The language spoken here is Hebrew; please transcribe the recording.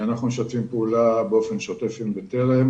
אנחנו משתפים פעולה באופן שוטף עם בטרם.